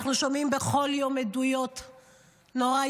אנחנו שומעים בכל יום עדויות נוראיות.